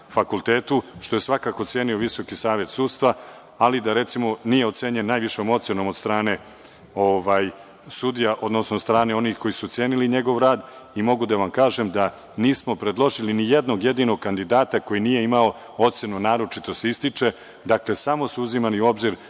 što je svakako cenio VSS, ali da, recimo, nije ocenjen najvišom ocenom od strane sudija, odnosno od strane onih koji su ocenili njegov rad. Mogu da vam kažem da nismo predložili ni jednog jedinog kandidata koji nije imao ocenu „naročito se ističe“. Dakle, samo su uzimani u obzir